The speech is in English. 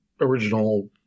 original